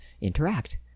interact